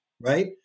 right